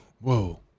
whoa